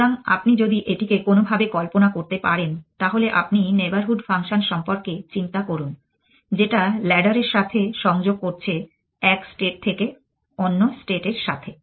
সুতরাং আপনি যদি এটিকে কোনোভাবে কল্পনা করতে পারেন তাহলে আপনি নেইবরহুড ফাংশন সম্পর্কে চিন্তা করুন যেটা ল্যাডারের সাথে সংযোগ করছে এক স্টেট থেকে অন্য স্টেট এর সাথে